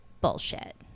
bullshit